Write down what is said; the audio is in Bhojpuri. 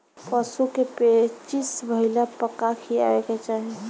पशु क पेचिश भईला पर का खियावे के चाहीं?